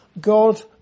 God